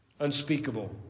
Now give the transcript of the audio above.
unspeakable